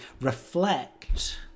reflect